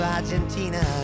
Argentina